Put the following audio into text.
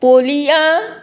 polio